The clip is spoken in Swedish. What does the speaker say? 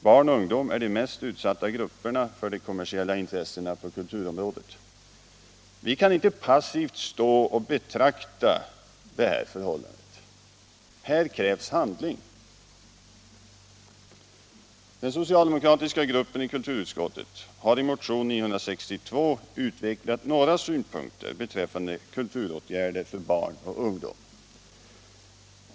Barn och ungdom är de mest utsatta grupperna för de kommersiella intressena på kulturområdet. Vi kan inte passivt stå och betrakta detta förhållande. Här krävs handling. Den socialdemokratiska gruppen i kulturutskottet har i motionen 962 utvecklat några synpunkter beträffande kulturåtgärder för barn och ungdom.